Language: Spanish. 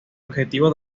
objetivo